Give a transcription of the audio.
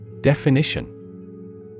Definition